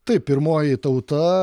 taip pirmoji tauta